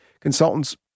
consultants